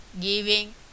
giving